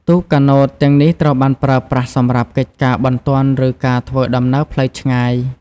ទូកកាណូតទាំងនេះត្រូវបានប្រើប្រាស់សម្រាប់កិច្ចការបន្ទាន់ឬការធ្វើដំណើរផ្លូវឆ្ងាយ។